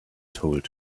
told